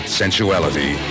sensuality